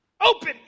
Open